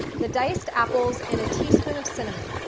the diced apples, and a teaspoon of cinnamon.